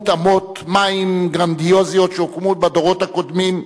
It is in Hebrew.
אמות מים גרנדיוזיות שהוקמו בדורות הקודמים,